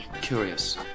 curious